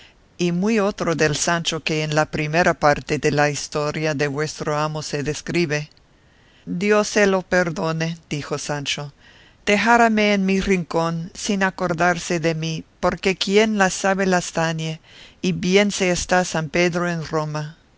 y muy otro del sancho que en la primera parte de la historia de vuestro amo se describe dios se lo perdone dijo sancho dejárame en mi rincón sin acordarse de mí porque quien las sabe las tañe y bien se está san pedro en roma